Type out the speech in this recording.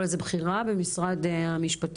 בפועל,